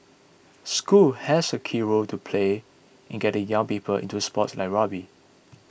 schools have a key role to play in getting young people into sports like rugby